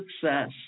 success